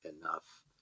enough